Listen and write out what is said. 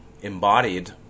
embodied